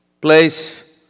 place